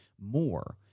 more